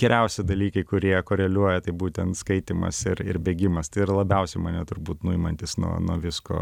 geriausi dalykai kurie koreliuoja tai būtent skaitymas ir ir bėgimas tai yra labiausiai mane turbūt nuimantys nuo nuo visko